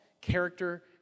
character